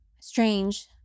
strange